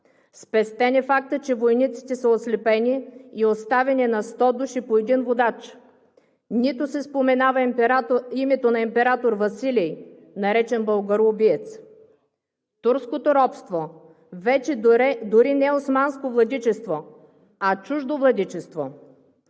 Спестен е фактът, че войниците са ослепени и оставени на 100 души по един водач, нито се споменава името на император Василий, наречен Българоубиец. Турското робство вече дори не е османско владичество, а чуждо владичество.